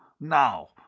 Now